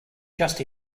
just